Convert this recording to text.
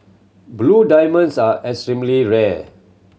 blue diamonds are extremely rare